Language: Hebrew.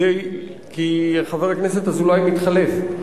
כי חבר הכנסת אזולאי מתחלף,